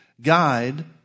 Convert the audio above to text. guide